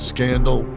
Scandal